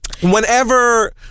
whenever